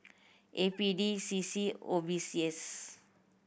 A P D C C and O B C S